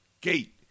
gate